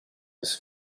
his